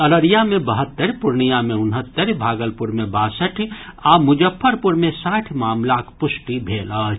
अररिया मे बहत्तरि पूर्णियां मे उनहत्तरि भागलपुर मे बासठि आ मुजफ्फरपुर मे साठि मामिलाक पुष्टि भेल अछि